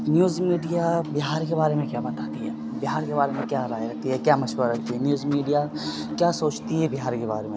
news media Bihar کے بارے میں کیا بتاتی ہے بہار کے بارے میں کیا رائے رکھتی ہے کیا مشورہ رکھتی ہے نیوز میڈیا کیا سوچتی ہے بہار کے بارے میں